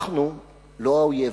אנחנו לא האויב.